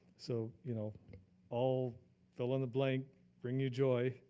so you know all fill on the blank bring you joy,